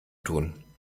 tun